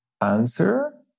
answer